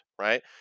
right